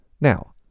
Now